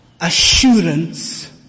assurance